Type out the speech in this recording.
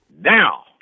Now